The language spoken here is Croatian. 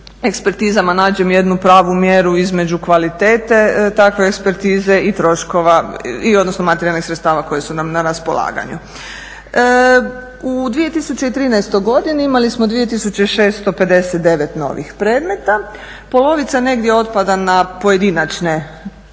ekspertizama nađem jednu pravu mjeru između kvalitete takve ekspertize i troškova i odnosno materijalnih sredstava koja su nam na raspolaganju. U 2013. godini imali smo 2659 novih predmeta. Polovica negdje otpada na prijave pojedinačnih